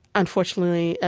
unfortunately, ah